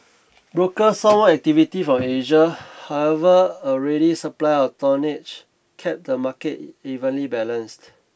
broker some what activity from Asia however a ready supply of tonnage kept the market evenly balanced